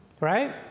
right